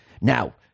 now